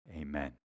Amen